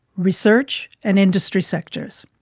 research and industry sectors.